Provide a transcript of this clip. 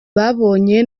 babonye